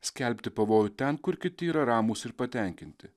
skelbti pavojų ten kur kiti yra ramūs ir patenkinti